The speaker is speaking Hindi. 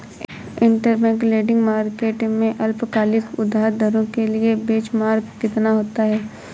इंटरबैंक लेंडिंग मार्केट में अल्पकालिक उधार दरों के लिए बेंचमार्क कितना होता है?